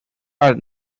are